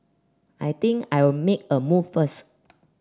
I think I'll make a move first